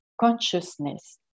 consciousness